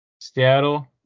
Seattle